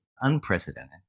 unprecedented